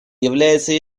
является